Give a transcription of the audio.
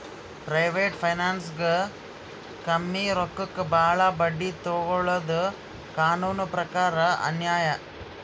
private ಫೈನಾನ್ಸ್ದಾಗ್ ಕಮ್ಮಿ ರೊಕ್ಕಕ್ ಭಾಳ್ ಬಡ್ಡಿ ತೊಗೋಳಾದು ಕಾನೂನ್ ಪ್ರಕಾರ್ ಅನ್ಯಾಯ್